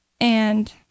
And-